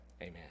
Amen